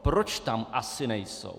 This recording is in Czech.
Proč tam asi nejsou?